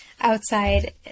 outside